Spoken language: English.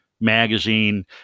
magazine